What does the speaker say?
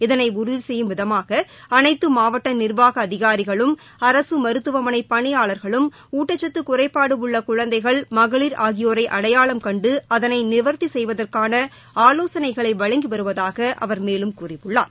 இதனை உறுதி செய்யும் விதமாக அனைத்து மாவட்ட நிர்வாக அதிகாரிகளும் அரசு மருத்துவமனை பணியாளர்களும் ஊட்டக்சத்து குறைபாடு உள்ள குழந்தைகள் மகளிர் ஆகியோனர அடையாளம் கண்டு அதனை நிவர்த்தி செய்வதற்கான ஆலோசனைகளை வழங்கி வருவதாக அவர் மேலும் கூறியுள்ளார்